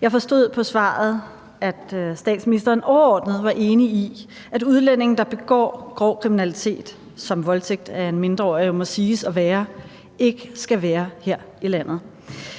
Jeg forstod på svaret, at statsministeren overordnet set var enig i, at udlændinge, der begår grov kriminalitet, som voldtægt af en mindreårig jo må siges at være, ikke skal være her i landet.